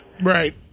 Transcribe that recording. Right